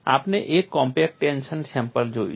આપણે એક compact tension sample જોયું છે